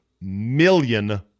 million